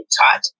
taught